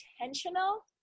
intentional